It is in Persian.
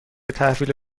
تحویل